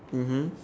mmhmm